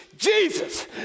Jesus